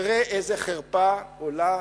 תראה איזה חרפה עולה